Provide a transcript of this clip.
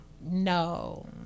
no